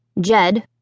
Jed